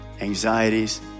Anxieties